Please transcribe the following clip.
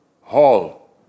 hall